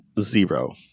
zero